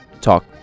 Talk